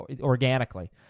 organically